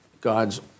God's